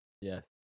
Yes